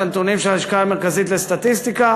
הנתונים של הלשכה המרכזית לסטטיסטיקה,